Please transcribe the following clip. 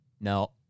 No